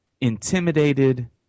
intimidated